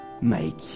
make